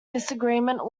disagreement